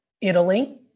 Italy